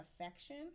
affection